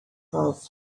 have